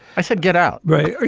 i said, get out. right.